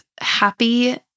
happy